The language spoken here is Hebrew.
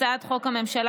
הצעת חוק מ/1363,